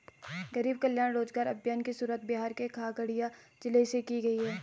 गरीब कल्याण रोजगार अभियान की शुरुआत बिहार के खगड़िया जिले से की गयी है